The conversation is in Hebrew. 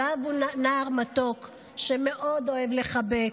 יואב הוא נער מתוק שמאוד אוהב לחבק,